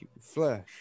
flesh